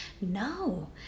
no